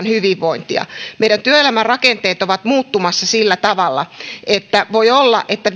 hyvinvointia meidän työelämämme rakenteet ovat muuttumassa sillä tavalla että voi olla että